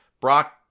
Brock